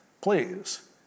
please